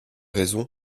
raison